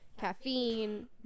caffeine